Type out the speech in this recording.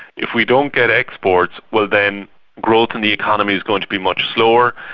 if we don't get exports, well then growth in the economy's going to be much slower,